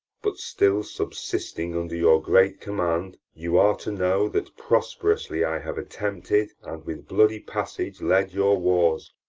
but still subsisting under your great command. you are to know that prosperously i have attempted, and with bloody passage led your wars